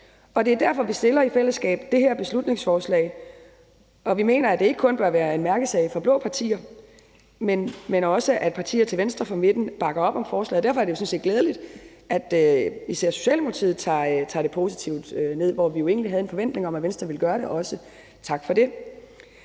og det er derfor vi i fællesskab fremsætter det her beslutningsforslag. Vi mener, at det ikke kun bør være en mærkesag for blå partier, men at partier til venstre for midten også bør bakke op om forslaget. Derfor er det jo sådan set glædeligt, at især Socialdemokratiet tager det positivt ned, hvor vi jo egentlig havde en forventning om, at Venstre også ville gøre det. Tak for det.